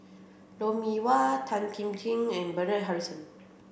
Lou Mee Wah Tan Kim Ching and Bernard Harrison